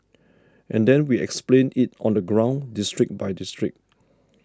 and then we explained it on the ground district by district